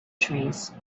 trees